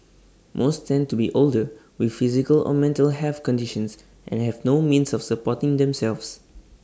most tend to be older with physical or mental health conditions and have no means of supporting themselves